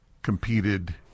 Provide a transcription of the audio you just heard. competed